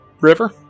river